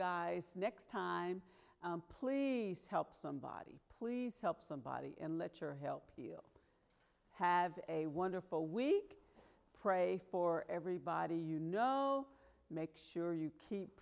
guys next time please help somebody please help somebody and let your help you have a wonderful week pray for everybody you know make sure you keep